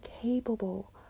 capable